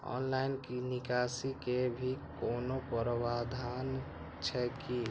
Online निकासी के भी कोनो प्रावधान छै की?